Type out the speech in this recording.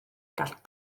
gall